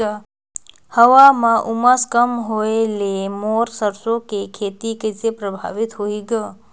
हवा म उमस कम होए ले मोर सरसो के खेती कइसे प्रभावित होही ग?